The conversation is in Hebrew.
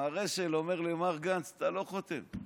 מר אשל אומר למר גנץ: אתה לא חותם.